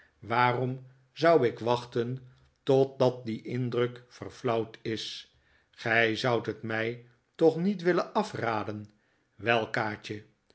waarom zou ik wachten totdat die indruk verflauwd is gij zoudt het mij toch niet willen afraden wel kaatje